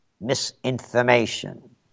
misinformation